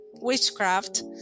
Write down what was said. witchcraft